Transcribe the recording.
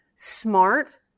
smart